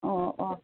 ꯑꯣ ꯑꯣ